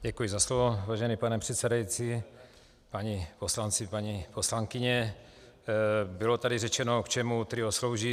Děkuji za slovo, vážený pane předsedající, páni poslanci, paní poslankyně, bylo tady řečeno, k čemu TRIO slouží.